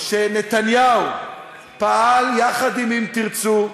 שנתניהו פעל, יחד עם "אם תרצו",